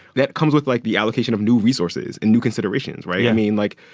that comes with, like, the allocation of new resources and new considerations, right? yeah i mean, like,